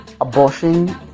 abortion